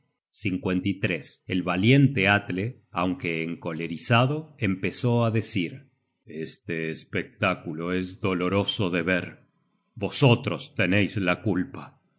search generated at el valiente a tle aunque encolerizado empezó á decir este espectáculo es doloroso de ver vosotros teneis la culpa